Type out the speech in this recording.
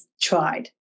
tried